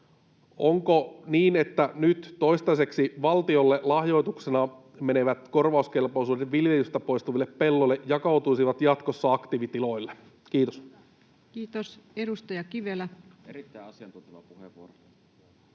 Onko niin, että nyt toistaiseksi valtiolle lahjoituksena menevät korvauskelpoisuudet viljelystä poistuville pelloille jakautuisivat jatkossa aktiivitiloille? — Kiitos. [Speech 237] Speaker: Ensimmäinen varapuhemies